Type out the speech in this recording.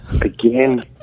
again